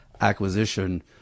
acquisition